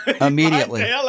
Immediately